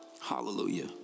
Hallelujah